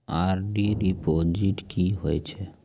RD deposit की होय छै?